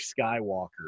skywalker